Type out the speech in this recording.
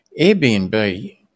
Airbnb